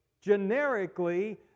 generically